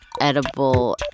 edible